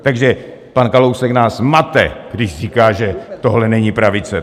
Takže pan Kalousek nás mate, když říká, že tohle není pravice.